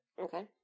Okay